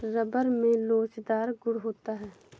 rubber में लोचदार गुण होता है